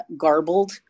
garbled